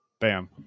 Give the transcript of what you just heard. Bam